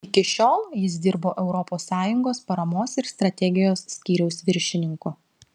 iki šiol jis dirbo europos sąjungos paramos ir strategijos skyriaus viršininku